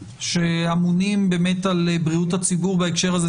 שאמונים באמת על בריאות הציבור בהקשר הזה,